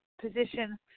position